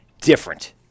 different